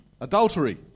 adultery